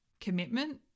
commitment